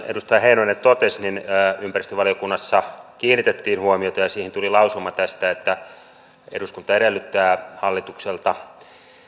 edustaja heinonen totesi ympäristövaliokunnassa kiinnitettiin huomiota ja siihen mietintöön tuli lausuma että eduskunta edellyttää hallitukselta